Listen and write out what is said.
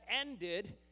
ended